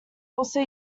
also